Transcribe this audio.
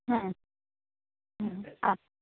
হ্যাঁ হ্যাঁ